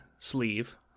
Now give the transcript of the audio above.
sleeve